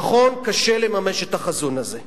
נכון, קשה לממש את החזון הזה.